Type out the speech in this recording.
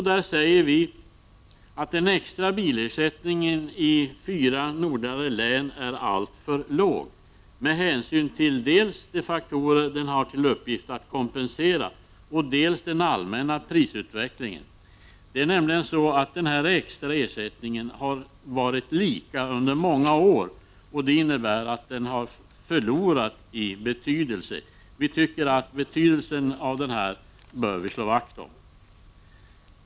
Där uttalar vi att den extra bilersättningen i de fyra nordligaste länen är alltför låg med hänsyn till dels de faktorer den har till uppgift att kompensera, dels den allmänna prisutvecklingen. Det förhåller sig nämligen så att denna extra ersättning har legat på samma nivå under många år, vilket innebär att den har förlorat i betydelse. Vi anser att man bör slå vakt om betydelsen av den extra bilersättningen.